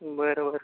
बर बर